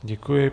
Děkuji.